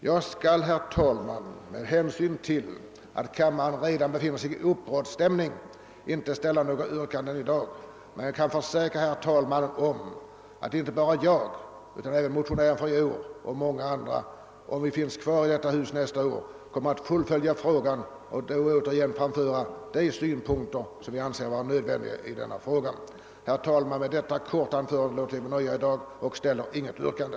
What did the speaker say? Jag skall, herr talman, med hänsyn till att kammaren befinner sig i uppbrottsstämning inte ställa något yrkande i dag, men jag kan försäkra att inte bara jag utan även motionären från i år och många andra, om vi finns kvar i detta hus nästa år, då kommer igen och anför de synpunkter som vi anser det nödvändigt att anföra i denna fråga. Herr talman! Med detta korta anförande låter jag mig nöja i dag, och jag ställer som sagt inget yrkande.